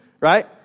right